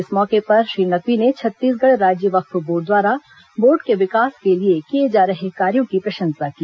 इस मौके पर श्री नकवी ने छत्तीसगढ़ राज्य वक्फ बोर्ड द्वारा बोर्ड के विकास के लिए किए जा रहे कार्यों की प्रशंसा की